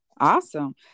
Awesome